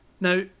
Now